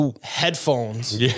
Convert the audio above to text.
headphones